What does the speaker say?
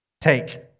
take